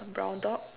a brown dog